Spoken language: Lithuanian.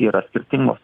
yra skirtingos